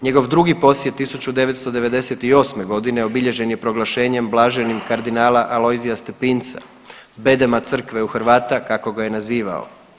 Njegov drugi posjet 1998.g. obilježen je proglašenjem blaženim kardinala Alojzija Stepinca, bedema Crkve u Hrvata kako ga je nazivao.